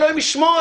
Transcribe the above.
אלוהים ישמור.